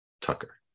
Tucker